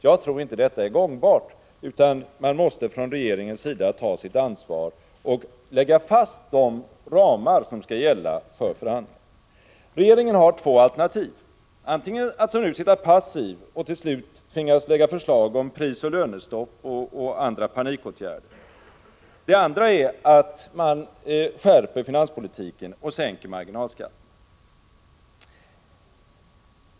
Jag tror inte att detta är gångbart, utan regeringen måste ta sitt ansvar och lägga fast de ramar som skall gälla för förhandlingarna. Regeringen har två alternativ; det ena är att regeringen, som nu, sitter passiv och till slut tvingas lägga fram förslag om prisoch lönestopp och andra panikåtgärder. Det andra alternativet är att regeringen skärper finanspolitiken och sänker marginalskatterna.